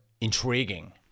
intriguing